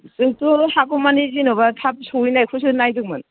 जोंथ' हागौमानि जेनबा थाब सौहैनायखौसो नायदोंमोन